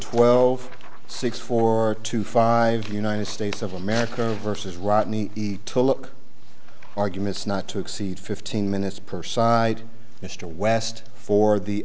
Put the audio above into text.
twelve six four to five united states of america versus right in the to look arguments not to exceed fifteen minutes per side mr west for the